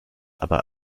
aber